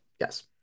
Yes